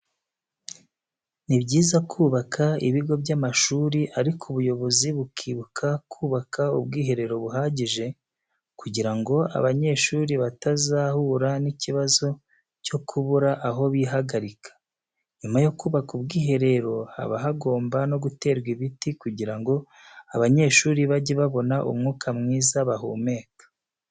Ni byiza kubaka ibigo by'amashuri ariko ubuyobozi bukibuka kubaka ubwiherero buhagije kugira ngo abanyeshuri batazahura n'ikibazo cyo kubura aho bihagarika. Nyuma yo kubaka ubwiherero haba hagomba no guterwa ibiti kugira ngo abanyeshuri bajye babona umwuka mwiza bahumeka.